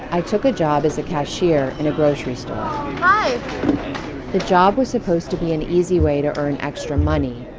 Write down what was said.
i took a job as a cashier in a grocery store hi the job was supposed to be an easy way to earn extra money,